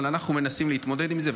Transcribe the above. אבל אנחנו מנסים להתמודד עם זה.